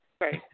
Right